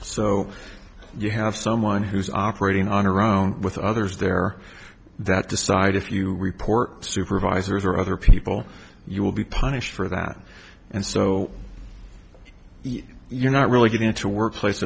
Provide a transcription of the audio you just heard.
so you have someone who's operating on around with others there that decide if you report supervisors or other people you will be punished for that and so you're not really getting into a workplace